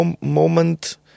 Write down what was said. moment